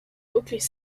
wirklich